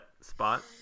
spot